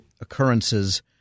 occurrences